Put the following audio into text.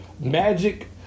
Magic